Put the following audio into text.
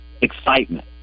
excitement